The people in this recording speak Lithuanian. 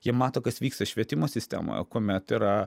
jie mato kas vyksta švietimo sistemoje kuomet yra